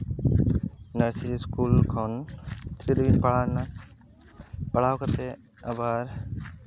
nursery school ᱠᱷᱚᱱ three ᱫᱷᱟᱹᱵᱤᱡ ᱤᱧ ᱯᱟᱲᱦᱟᱣ ᱮᱱᱟ ᱯᱟᱲᱦᱟᱣ ᱠᱟᱛᱮᱫ ᱟᱵᱟᱨ